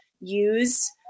use